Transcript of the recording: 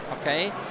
okay